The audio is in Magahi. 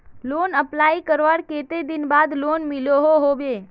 लोन अप्लाई करवार कते दिन बाद लोन मिलोहो होबे?